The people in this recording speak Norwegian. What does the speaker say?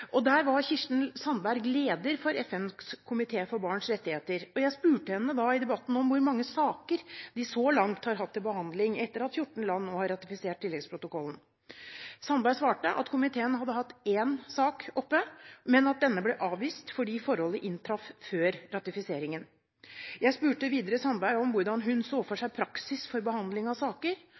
Kirsten Sandberg er leder for FNs komité for barns rettigheter, og jeg spurte henne i debatten om hvor mange saker de så langt har hatt til behandling etter at 14 land nå har ratifisert tilleggsprotokollen. Sandberg svarte at komiteen hadde hatt én sak oppe, men at denne ble avvist fordi forholdet inntraff før ratifiseringen. Jeg spurte videre Sandberg om hvordan hun så for seg praksis for behandling av saker,